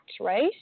right